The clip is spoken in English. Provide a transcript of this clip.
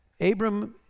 Abram